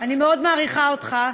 אני מאוד מעריכה אותך,